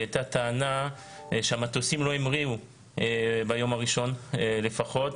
הייתה טענה שהמטוסים לא המריאו ביום הראשון לפחות,